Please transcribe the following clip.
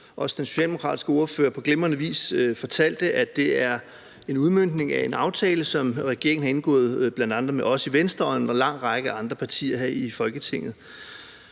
også den socialdemokratiske ordfører på glimrende vis fortalte, er det en udmøntning af en aftale, som regeringen har indgået med blandt andre os i Venstre og en lang række andre partier her i Folketinget.